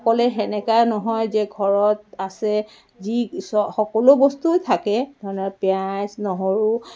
সকলোৱে তেনেকা নহয় যে ঘৰত আছে যি চ সকলো বস্তু থাকে ধৰি ল পিঁয়াজ নহৰু